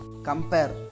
Compare